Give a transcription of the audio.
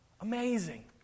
amazing